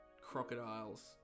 crocodiles